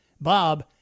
Bob